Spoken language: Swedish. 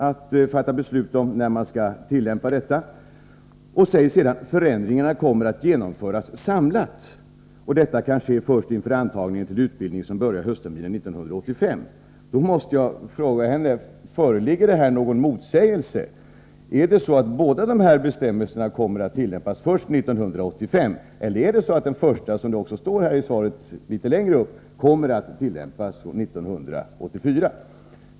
att fatta beslut om när man skall tillämpa föreskrifterna, att förändringarna kommer att ”genomföras samlat” och att detta kan ske först inför antagningen till utbildning som börjar höstterminen 1985. Jag måste därför fråga statsrådet: Föreligger det här någon motsägelse? Är det så att bestämmelserna i båda dessa avseenden kommer att tillämpas först 1985, eller är det så som det står i den första delen av svaret, att bestämmelserna i det förstnämnda avseendet kommer att tillämpas 1984?